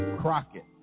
Crockett